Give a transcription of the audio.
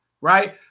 Right